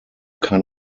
kann